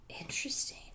Interesting